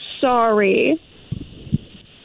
sorry